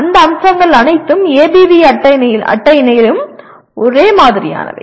அந்த அம்சங்கள் அனைத்தும் ஏபிவி அட்டவணையிலும் ஒரே மாதிரியானவை